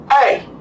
Hey